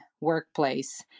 workplace